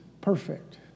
perfect